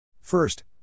First